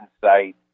site